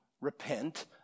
repent